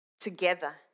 Together